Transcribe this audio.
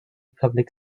public